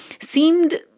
seemed